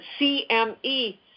CME